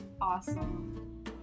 awesome